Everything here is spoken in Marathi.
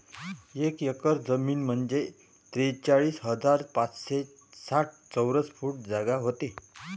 एक एकर जमीन म्हंजे त्रेचाळीस हजार पाचशे साठ चौरस फूट जागा व्हते